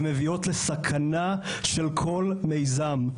ומביאות לסכנה של כל מיזם,